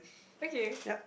okay